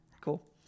Cool